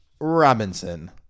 Robinson